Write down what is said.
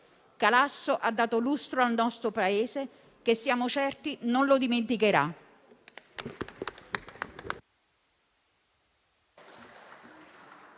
Calasso ha dato lustro al nostro Paese, che siamo certi non lo dimenticherà.